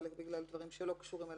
חלק בגלל דברים שלא קשורים אליו,